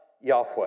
Yahweh